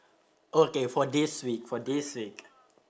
okay for this week for this week